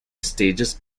stages